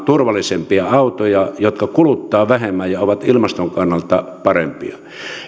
turvallisempia autoja jotka kuluttavat vähemmän ja ovat ilmaston kannalta parempia